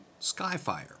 Skyfire